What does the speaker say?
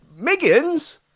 Miggins